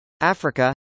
Africa